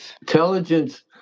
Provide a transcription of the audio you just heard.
Intelligence